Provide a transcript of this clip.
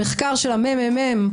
המחקר של הממ"מ,